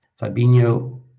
fabinho